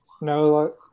No